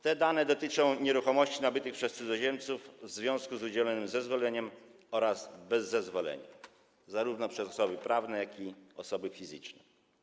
Te dane dotyczą nieruchomości nabytych przez cudzoziemców w związku z udzielonym zezwoleniem oraz bez zezwolenia, zarówno przez osoby prawne, jak i osoby fizyczne.